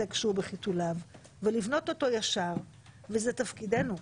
כשהוא בחיתוליו ולבנות אותו ישר וזה תפקידנו,